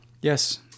Yes